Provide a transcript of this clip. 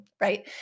right